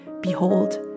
Behold